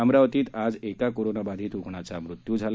अमरावतीत आज एका कोरोनाबाधित रुग्णाचा मृत्यू झाला